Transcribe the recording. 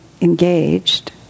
engaged